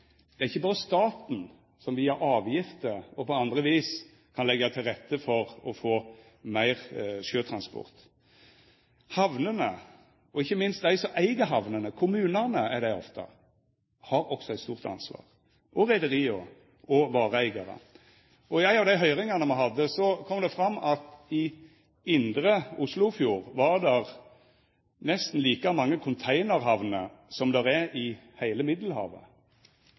at det ikkje berre er staten som via avgifter og på anna vis kan leggja til rette for å få meir sjøtransport. Hamnene, og ikkje minst dei som eig hamnene, kommunane er det ofte, har òg eit stort ansvar, og reiarlaga og vareeigarane. I ei av dei høyringane me hadde, kom det fram at i indre Oslofjord var det nesten like mange containerhamner som det er i heile Middelhavet.